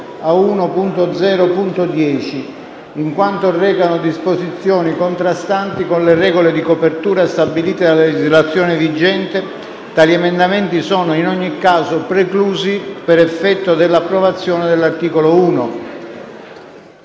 a 1.0.10, in quanto recano disposizioni contrastanti con le regole di copertura stabilite dalla legislazione vigente. Tali emendamenti sono in ogni caso preclusi per effetto dell'approvazione dell'articolo 1.